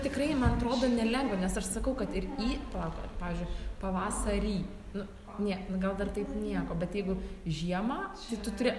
tikrai man atrodo nelengva nes aš sakau kad ir į palauk pavyzdžiui pavasarį nu nie nu gal dar nieko bet jeigu žiemą tu turi